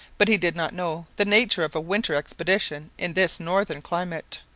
but he did not know the nature of a winter expedition in this northern climate.